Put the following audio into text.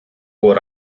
war